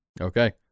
Okay